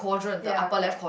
ya correct